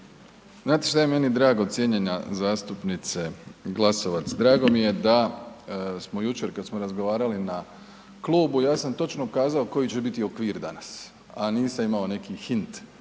Znate šta je meni drago cijenjena zastupnice Glasovac? Drago mi je da smo jučer kad smo razgovarali na klubu, ja sam točno kazao koji će biti okvir danas a nisam imao neki hint